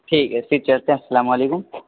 ٹھیک ہے پھر چلتے ہیں السلام علیکم